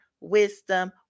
wisdom